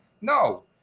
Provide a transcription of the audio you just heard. No